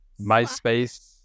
MySpace